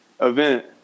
event